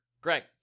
Greg